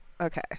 okay